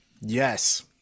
Yes